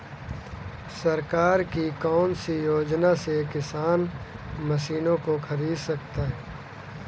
सरकार की कौन सी योजना से किसान मशीनों को खरीद सकता है?